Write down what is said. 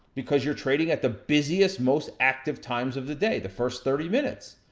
because you're trading at the busiest most active times of the day, the first thirty minutes.